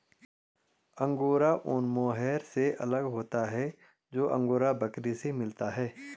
angora ऊन mohair से अलग होता है जो अंगोरा बकरी से मिलता है